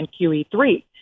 QE3